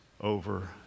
over